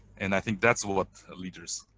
and i think that's what leaders